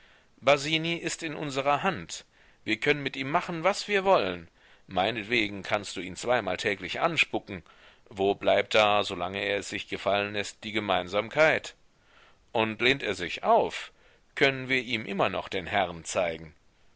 basini ist in unserer hand wir können mit ihm machen was wir wollen meinetwegen kannst du ihn zweimal täglich anspucken wo bleibt da solange er es sich gefallen läßt die gemeinsamkeit und lehnt er sich auf können wir ihm immer noch den herrn zeigen